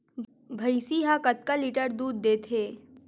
भंइसी हा कतका लीटर दूध देथे?